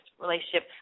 relationship